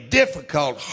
difficult